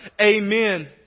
amen